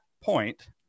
point